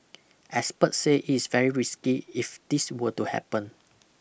experts say it is very risky if this were to happen